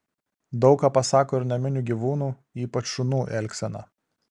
daug ką pasako ir naminių gyvūnų ypač šunų elgsena